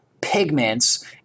pigments